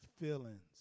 feelings